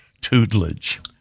tutelage